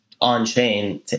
on-chain